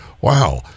wow